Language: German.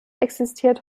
existiert